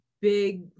big